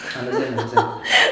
understand understand